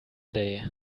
day